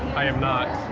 i am not.